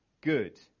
good